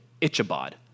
Ichabod